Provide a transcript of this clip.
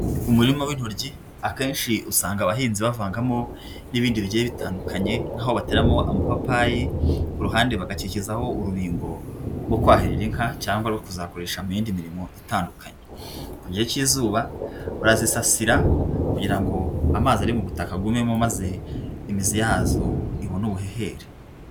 Umurima w'intoryi, akenshi usanga abahinzi bavangamo n'ibindi bigiye bitandukanye, nk'aho bateramo amapapayi, ku ruhande bagakikizaho urubingo rwo kwahirira inka cyangwa rwo kuzakoresha mu yindi mirimo itandukanye, ku gihe cy'izuba barazisasira kugira ngo amazi ari mu butaka agumemo, maze imizi yazo ibone ubuhehere.